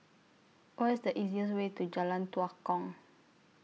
What IS The easiest Way to Jalan Tua Kong